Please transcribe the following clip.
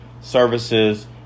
services